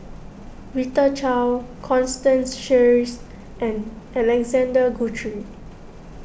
Rita Chao Constance Sheares and Alexander Guthrie